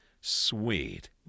Sweet